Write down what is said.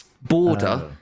border